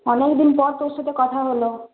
অনেক দিন পর তোর সঙ্গে কথা হল